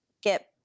get